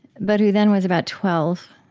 but who then was about twelve